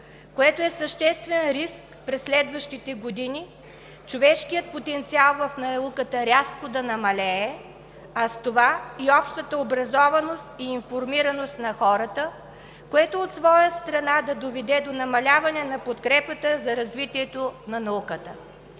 което е съществен риск през следващите години човешкият потенциал в науката рязко да намалее, а с това и общата образованост и информираност на хората, което от своя страна да доведе до намаляване на подкрепата за развитието на науката.